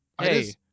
hey